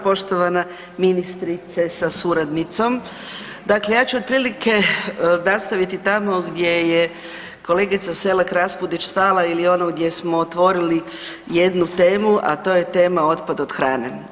Poštovana ministrice sa suradnicom, dakle ja ću otprilike nastaviti tamo gdje je kolegica Selak Raspudić stala ili ono gdje smo otvorili jednu temu, a to je tema otpad od hrane.